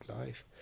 life